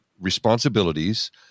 responsibilities